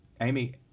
Amy